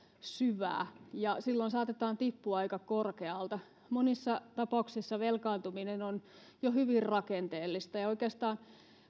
syvää ja silloin saatetaan tippua aika korkealta monissa tapauksissa velkaantuminen on jo hyvin rakenteellista ja ja oikeastaan